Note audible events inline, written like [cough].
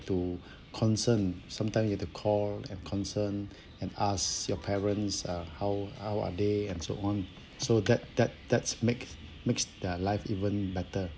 to [breath] concern sometime you have to call and concern [breath] and ask your parents uh how how are they and so on so that that that's make makes their life even better